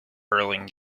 hurling